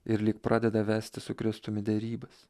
ir lyg pradeda vesti su kristumi derybas